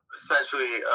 essentially